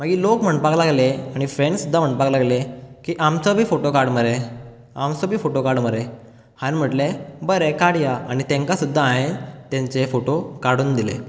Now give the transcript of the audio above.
मागीर लोक म्हणपाक लागले आनी फ्रेड्स सुद्दां म्हणपाक लागले की आमचो बीन फोटो काड मरे आमचो बी फोटो काड मरे हांवेंन म्हटले बरें काडया आनी तांकां सुद्दां हांवें तेंचे फोटो काडून दिले